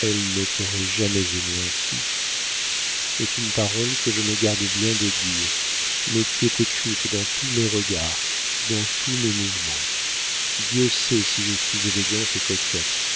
elle ne t'aurait jamais aimée ainsi est une parole que je me garde bien de dire mais qui est écrite dans tous mes regards dans tous mes mouvements dieu sait si je suis élégante et coquette